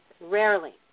Rarely